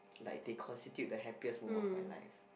like they constitute the happiest moment of my life